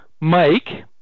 Mike –